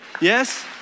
Yes